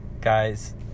guys